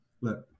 look